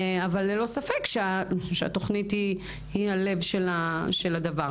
אבל ללא ספק שהתוכנית היא הלב של הדבר.